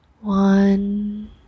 one